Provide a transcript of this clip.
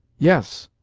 yes.